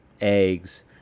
eggs